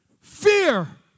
Fear